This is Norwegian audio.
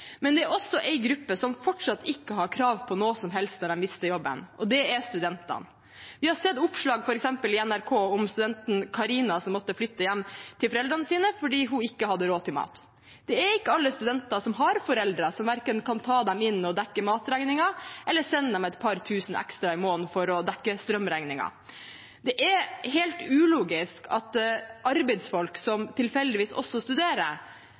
er studentene. Vi har sett oppslag i f.eks. NRK om studenten Karina, som måtte flytte hjem til foreldrene sine fordi hun ikke hadde råd til mat. Det er ikke alle studenter som har foreldre som kan ta dem inn og dekke matregningen, eller sende dem et par tusen ekstra i måneden for å dekke strømregningen. Det er helt ulogisk at arbeidsfolk som tilfeldigvis også studerer,